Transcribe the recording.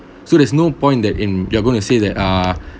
so there's no point that in you're going to say that ah